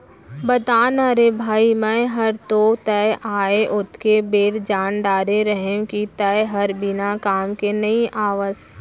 बता ना रे भई मैं हर तो तैं आय ओतके बेर जान डारे रहेव कि तैं हर बिना काम के नइ आवस